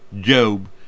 Job